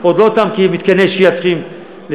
עוד לא תם כי את מתקני השהייה צריכים לסיים,